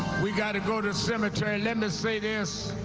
we got to go to cemetery. let me say this